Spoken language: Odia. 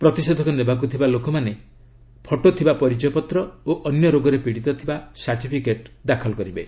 ପ୍ରତିଷେଧକ ନେବାକୁ ଥିବା ଲୋକମାନେ ଫଟୋ ଥିବା ପରିଚୟପତ୍ର ଓ ଅନ୍ୟ ରୋଗରେ ପିଡ଼ିତ ଥିବା ସାର୍ଟିଫିକେଟ୍ ଦାଖଲ କରିବେ